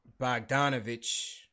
Bogdanovich